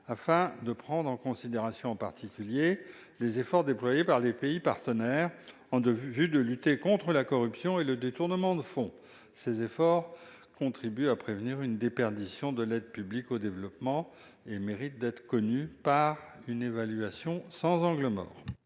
de prendre en considération les efforts déployés par les pays partenaires en vue de lutter contre la corruption et le détournement de fonds. Ces efforts contribuent à prévenir toute déperdition de l'APD et méritent d'être connus, pour une évaluation sans angle mort.